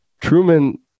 Truman